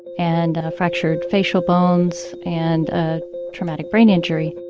and fractured facial bones and a traumatic brain injury